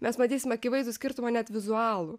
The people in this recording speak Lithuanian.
mes matysime akivaizdų skirtumą net vizualų